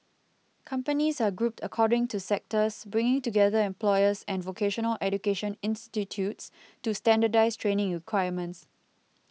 companies are grouped according to sectors bringing together employers and vocational education institutes to standardise training requirements